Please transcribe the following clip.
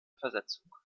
versetzung